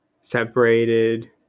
separated